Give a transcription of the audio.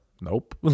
nope